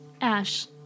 Ash